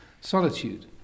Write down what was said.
solitude